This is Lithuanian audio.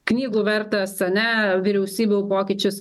knygų vertas ane vyriausybių pokyčius